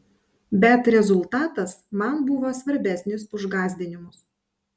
bet rezultatas man buvo svarbesnis už gąsdinimus